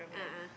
a'ah